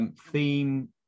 theme